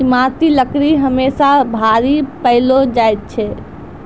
ईमारती लकड़ी हमेसा भारी पैलो जा छै